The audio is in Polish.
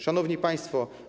Szanowni Państwo!